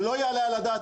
זה לא יעלה על הדעת.